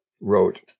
wrote